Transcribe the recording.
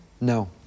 No